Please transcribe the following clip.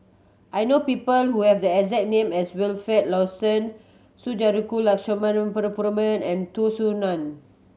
I know people who have the exact name as Wilfed Lawson Sundarajulu Lakshmana and Tan Soo Nan